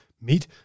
meet